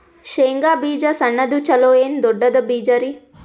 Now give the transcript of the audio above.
ಶೇಂಗಾ ಬೀಜ ಸಣ್ಣದು ಚಲೋ ಏನ್ ದೊಡ್ಡ ಬೀಜರಿ?